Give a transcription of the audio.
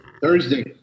Thursday